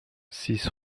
six